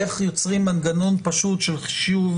וזה מה שנקבע בלי שיש רגולטורים שמפקחים על כך,